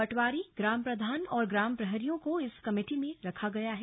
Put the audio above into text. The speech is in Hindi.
पटवारी ग्राम प्रधान और ग्राम प्रहरियों को इस कमेटी में रखा गया है